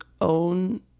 own